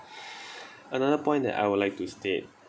another point that I would like to state